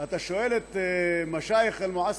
אתה שואל את (אומר בערבית: